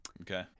Okay